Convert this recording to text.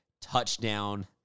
touchdown